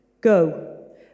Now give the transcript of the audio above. go